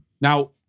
Now